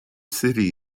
city